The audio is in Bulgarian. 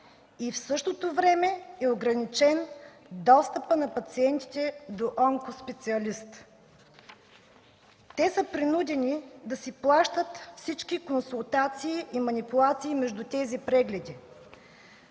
и в същото време е ограничен достъпът на пациентите до онкоспециалист. Те са принудени да си плащат всички консултации и манипулации между тези прегледи,